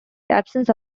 absence